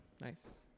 Nice